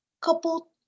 couple